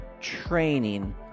training